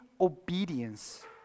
obedience